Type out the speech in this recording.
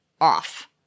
off